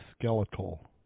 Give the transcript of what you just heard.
skeletal